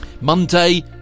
Monday